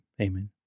amen